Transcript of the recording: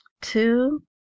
Two